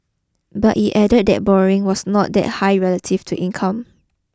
but it added that borrowing was not that high relative to income